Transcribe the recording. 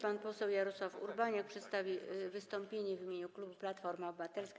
Pan poseł Jarosław Urbaniak przedstawi wystąpienie w imieniu klubu Platforma Obywatelska.